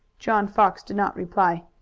john fox did not reply.